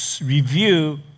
review